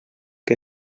que